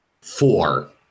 four